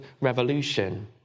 revolution